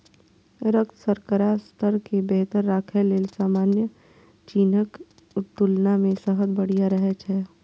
रक्त शर्करा स्तर कें बेहतर राखै लेल सामान्य चीनीक तुलना मे शहद बढ़िया रहै छै